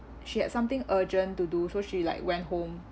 she had something urgent to do so she like went home